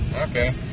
Okay